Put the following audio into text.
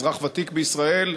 אזרח ותיק בישראל,